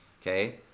Okay